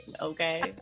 Okay